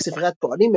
ספרית פועלים,